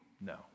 No